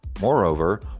Moreover